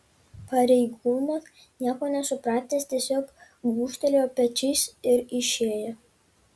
pareigūnas nieko nesupratęs tiesiog gūžtelėjo pečiais ir išėjo